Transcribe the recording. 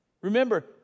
Remember